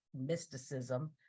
mysticism